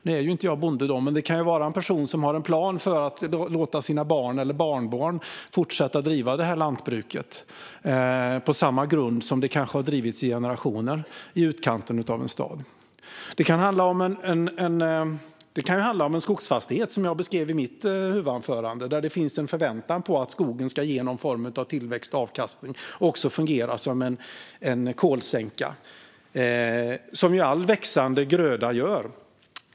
Nu är ju inte jag bonde, men det kan vara en person som har en plan för att låta sina barn eller barnbarn fortsätta att driva lantbruket på samma grund som det kanske har drivits i generationer i utkanten av en stad. Det kan handla om en skogsfastighet, som jag beskrev i mitt huvudanförande, där det finns en förväntan på att skogen ska ge någon form att tillväxt och avkastning och också fungera som en kolsänka, som all växande gröda gör.